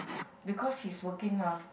because he's working mah